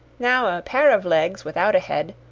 now a pair of legs without a head,